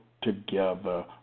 Together